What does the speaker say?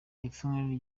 ipfunwe